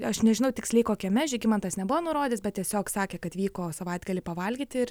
aš nežinau tiksliai kokiame žygimantas nebuvo nurodęs bet tiesiog sakė kad vyko savaitgalį pavalgyti ir